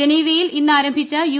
ജനീവയിൽ ഇന്ന് ആരംഭിച്ച യു